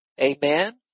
Amen